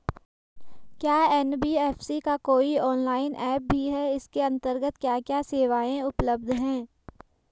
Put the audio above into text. क्या एन.बी.एफ.सी का कोई ऑनलाइन ऐप भी है इसके अन्तर्गत क्या क्या सेवाएँ उपलब्ध हैं?